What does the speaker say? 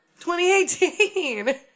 2018